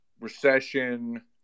recession